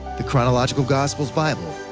the chronological gospels bible,